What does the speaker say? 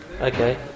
Okay